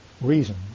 reason